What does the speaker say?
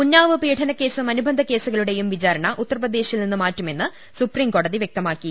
ഉന്നാവ് പീഡനക്കേസും അനുബന്ധകേസുകളുടെയും വിചാ രണ ഉത്തർപ്രദേശിൽ നിന്ന് മാറ്റുമെന്ന് സുപ്രീര്കോടതി വ്യക്ത മാക്കി